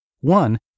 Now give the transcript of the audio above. One